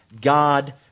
God